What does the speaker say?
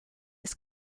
ist